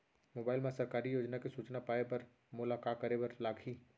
mobile मा सरकारी योजना के सूचना पाए बर मोला का करे बर लागही